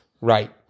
Right